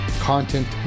content